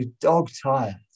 dog-tired